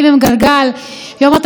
יום אתה באופוזיציה ויום אתה בקואליציה.